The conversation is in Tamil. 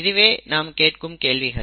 இதுவே நாம் கேட்கும் கேள்விகள்